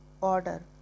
order